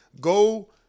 Go